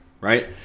right